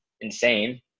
insane